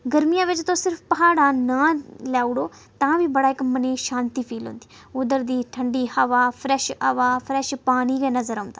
गरमियें बिच्च तां सिर्फ प्हाडां नां लैउड़ो तां बी बड़ा इक मनें शांति फील होंदी उद्धर दी ठंडी हवा फ्रैश हवा फ्रैश पानी गै नजर औंदा